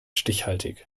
stichhaltig